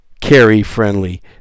carry-friendly